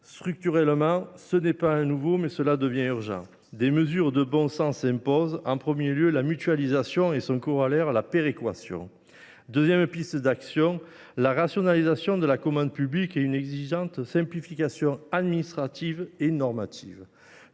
juste ? Ce n’est pas nouveau, mais cela devient urgent : des mesures structurelles de bon sens s’imposent, au premier rang desquelles la mutualisation et – son corollaire – la péréquation. Deuxième piste d’action : la rationalisation de la commande publique et une exigeante simplification administrative et normative.